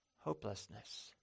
hopelessness